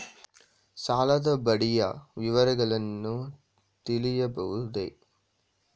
ಸಾಲದ ಬಡ್ಡಿಯ ವಿವರಗಳನ್ನು ತಿಳಿಯಬಹುದೇ?